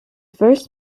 first